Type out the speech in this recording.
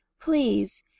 Please